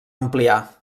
ampliar